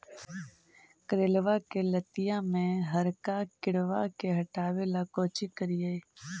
करेलबा के लतिया में हरका किड़बा के हटाबेला कोची करिए?